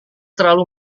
terlalu